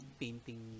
painting